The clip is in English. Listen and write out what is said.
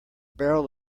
barrel